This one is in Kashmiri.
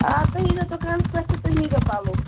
آ تُہۍ یِیو دُکانَس پٮ۪ٹھ تُہۍ نیٖو زیو پَلو